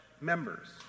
members